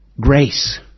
grace